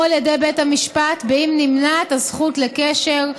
על ידי בית המשפט אם נמנעת הזכות לקשר,